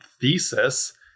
thesis